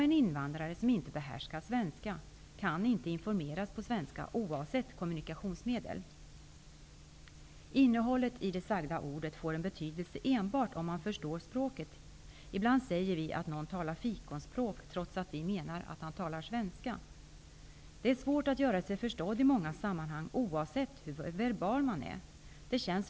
En invandrare som inte behärskar svenska kan inte informeras på svenska, oavsett kommunikationsmedel. Det sagda ordets innehåll får en betydelse enbart om man förstår språket. Ibland säger vi att någon talar fikonspråk, trots att det är fråga om svenska. Det är också svårt att göra sig förstådd i många sammanhang, oavsett hur verbalt begåvad man är.